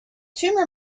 tumour